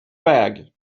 bag